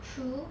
true